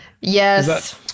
Yes